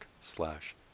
slash